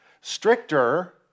Stricter